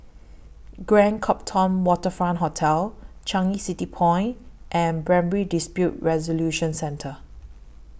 Grand Copthorne Waterfront Hotel Changi City Point and Primary Dispute Resolution Centre